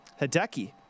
Hideki